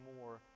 more